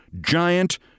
giant